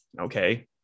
okay